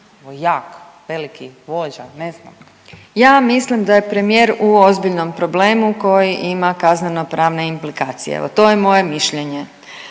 s imenom i prezimenom)** Ja mislim da je premijer u ozbiljnom problemu koji ima kazneno pravne implikacije, evo to je moje mišljenje.